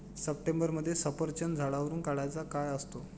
सप्टेंबरमध्ये सफरचंद झाडावरुन काढायचा काळ असतो